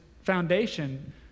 foundation